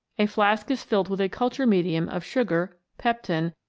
a flask is filled with a culture medium of sugar, pepton,